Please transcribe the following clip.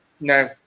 No